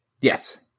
Yes